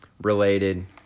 related